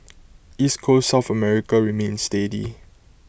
East Coast south America remained steady